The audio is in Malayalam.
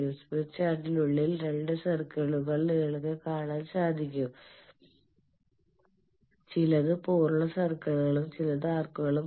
സ്മിത്ത് ചാർട്ടിനുള്ളിൽ രണ്ട് സർക്കിളുകൾ നിങ്ങൾക്ക് കാണാൻ സാധിക്കും ചിലത് പൂർണ്ണ സർക്കിളുകളും ചിലത് ആർക്കുകളുമാണ്